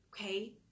okay